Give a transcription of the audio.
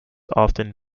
often